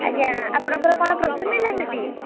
ଆଜ୍ଞା ଆପଣଙ୍କର କ'ଣ ପ୍ରୋବ୍ଲେମ୍ ହେଲା ସେଠି